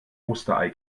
osterei